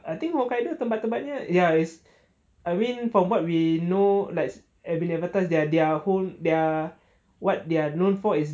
I think hokkaido tempat tempatnya ya is I mean from what we know as been advertise that their whole their what they're known for is